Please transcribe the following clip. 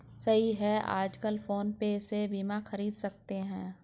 सही है आजकल फ़ोन पे से बीमा ख़रीद सकते हैं